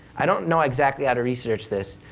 i don't know exactly how to research this,